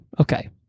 Okay